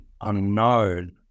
unknown